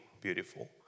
beautiful